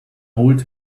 old